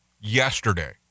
yesterday